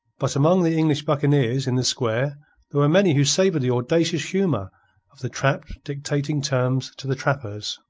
but among the english buccaneers in the square there were many who savoured the audacious humour of the trapped dictating terms to the trappers.